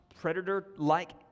Predator-like